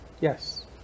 Yes